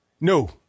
No